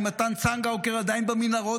אם מתן צנגאוקר עדיין במנהרות,